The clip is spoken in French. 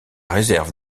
réserve